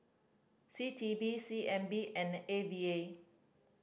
C T E C N B and A V A